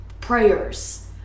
prayers